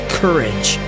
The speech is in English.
courage